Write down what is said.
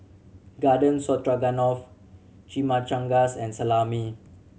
Garden Stroganoff Chimichangas and Salami